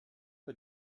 bei